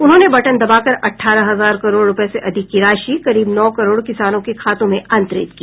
उन्होंने बटन दबाकर अठारह हजार करोड़ रुपये से अधिक की राशि करीब नौ करोड़ किसानों के खातों में अंतरित की